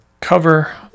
cover